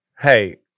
Hey